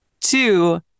Two